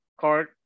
card